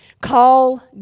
call